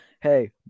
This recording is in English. hey